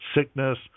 sickness